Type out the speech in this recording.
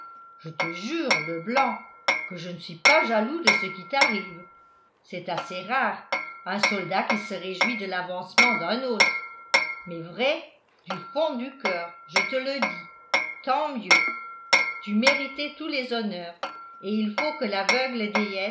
je te jure leblanc que je ne suis pas jaloux de ce qui t'arrive c'est assez rare un soldat qui se réjouit de l'avancement d'un autre mais vrai du fond du coeur je te le dis tant mieux tu méritais tous les honneurs et il faut que l'aveugle déesse